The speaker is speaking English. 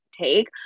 take